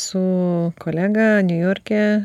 su kolega niujorke